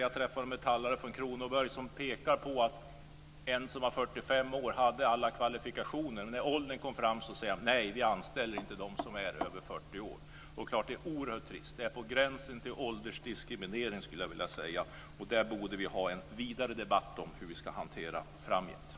Jag träffade en metallare från Kronoberg som pekade på att en person som var 45 år och hade alla kvalifikationer när åldern kom fram fick höra: Nej, vi anställer inte dem som är över 40 år. Det är klart att det är oerhört trist. Det är på gränsen till åldersdiskriminering, skulle jag vilja säga. Hur vi ska hantera det framgent borde vi ha en vidare debatt om.